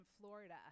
Florida